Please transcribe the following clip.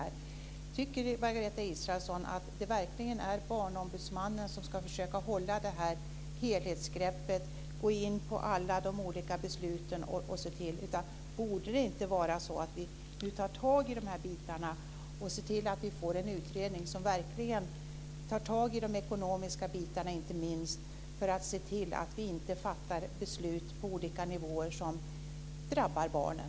Tycker verkligen Margareta Israelsson att det är Barnombudsmannen som ska försöka ta detta helhetsgrepp på dessa beslut? Borde vi inte se till att få en utredning som verkligen tar tag inte minst i de ekonomiska frågorna, så att vi undviker att fatta beslut som på olika nivåer drabbar barnen?